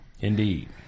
Indeed